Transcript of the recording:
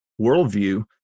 worldview